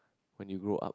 when you grow up